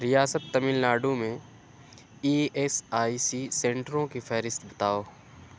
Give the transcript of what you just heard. ریاست تامل ناڈو میں E S I C سنٹروں کی فہرست بتاؤ